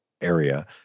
area